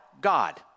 God